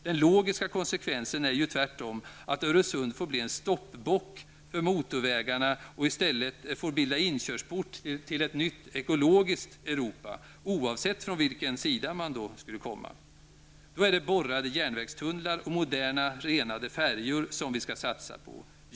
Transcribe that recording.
Den logiska konsekvensen är ju tvärtom att Öresund får bli en stoppbock för motorvägarna och i stället får bilda inkörsport till ett nytt ekologiskt Europa, oavsett från vilken sida man kommer. Då är det borrade järnvägstunnlar och moderna, renade färjor som vi skall satsa på.